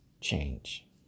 change